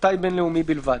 ספורטאי בין-לאומי בלבד,